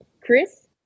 Chris